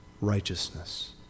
Righteousness